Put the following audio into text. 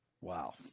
Wow